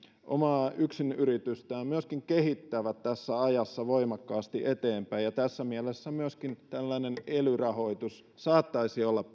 omaa yksinyritystään myöskin kehittävät tässä ajassa voimakkaasti eteenpäin ja tässä mielessä myöskin tällainen ely rahoitus saattaisi olla